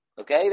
Okay